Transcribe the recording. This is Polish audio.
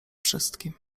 wszystkim